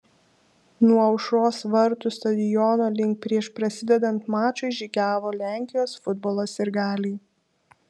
nuo aušros vartų stadiono link prieš prasidedant mačui žygiavo lenkijos futbolo sirgaliai